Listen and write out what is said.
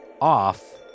off